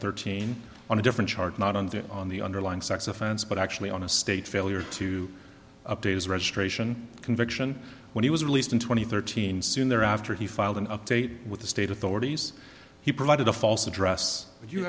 thirteen on a different charge not on the on the underlying sex offense but actually on a state failure to update his registration conviction when he was released in two thousand and thirteen soon there after he filed an update with the state authorities he provided a false address